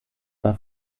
war